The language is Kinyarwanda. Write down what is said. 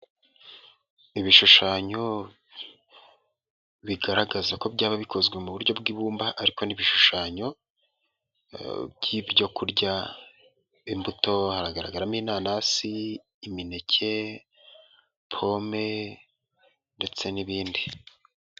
Ibishushanyo bigaragaza ko byaba bikozwe mu buryo bw'ibumba ariko n'ibishushanyo by'ibyo kurya imbuto hagaragaramo inanasi, imineke, pome ndetse n'ibindi.